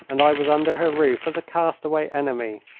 and i was under her roof as a castaway enemy.